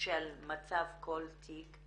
של מצב כל תיק,